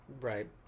Right